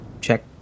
Check